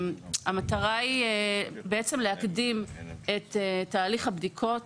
המטרה היא להקדים את תהליך הבדיקות